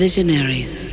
Visionaries